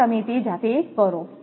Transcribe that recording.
આ તમે તે જાતે કરો